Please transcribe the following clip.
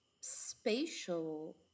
spatial